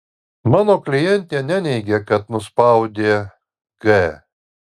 mano klientė neneigia kad nuspaudė g